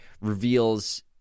reveals